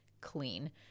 clean